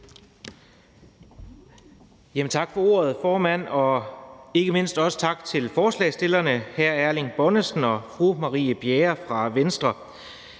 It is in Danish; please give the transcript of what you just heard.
Tak for ordet, formand, og ikke mindst også tak til forslagsstillerne, hr. Erling Bonnesen og fru Marie Bjerre fra Venstre.